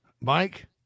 Mike